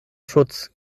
schutz